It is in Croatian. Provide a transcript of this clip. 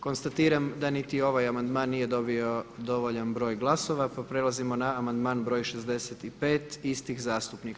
Konstatiram da niti ovaj amandman nije dobio dovoljan broj glasova, pa prelazimo na amandman broj 65. istih zastupnika.